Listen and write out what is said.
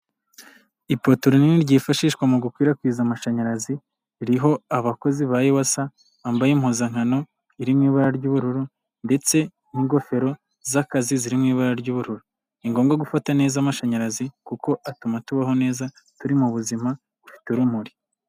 Ipoto rinini ryifashishwa mu gukwirakwiza amashanyarazi, iriho abakozi ba Ewasa bambaye impuzankano iri mu ibara ry'ubururu ndetse n'ingofero z'akazi ziri mu ibara ry'ubururu, ni ngombwa gufata neza amashanyarazi kuko atuma tubaho neza, turi mu buzima bufite urumuri.